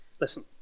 Listen